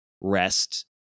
rest